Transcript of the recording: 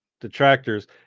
detractors